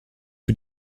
für